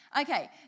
Okay